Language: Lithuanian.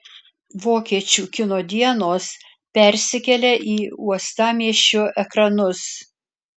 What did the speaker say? vokiečių kino dienos persikelia į uostamiesčio ekranus